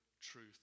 truth